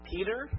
Peter